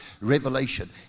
revelation